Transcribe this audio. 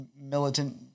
militant